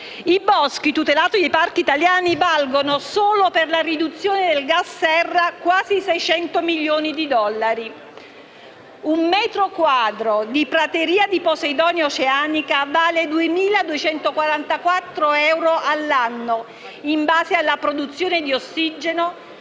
I boschi tutelati nei parchi italiani valgono, solo per la riduzione dei gas serra, quasi 600 milioni di dollari; un metro quadro di prateria di posidonia oceanica vale 2.244 euro all'anno in base alla produzione di ossigeno,